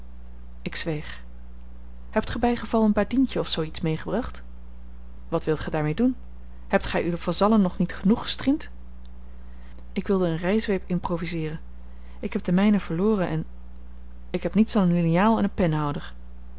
ik zweeg hebt gij bijgeval een badientje of zoo iets meegebracht wat wilt gij daarmee doen hebt gij uwe vazallen nog niet genoeg gestriemd ik wilde eene rijzweep improviseeren ik heb de mijne verloren en ik heb niets dan een liniaal en een penhouder